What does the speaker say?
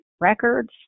records